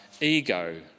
ego